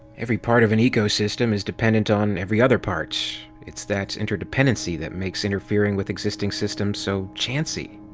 every part of an ecosystem is dependant on every other part. it's that interdependency that makes interfering with existing systems so chancy.